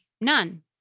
None